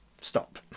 stop